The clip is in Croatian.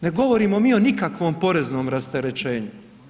Ne govorimo mi o nikakvom poreznom rasterećenju.